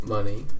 Money